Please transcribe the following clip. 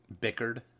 Bickered